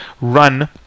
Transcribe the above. run